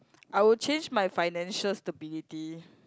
I would change my financial stability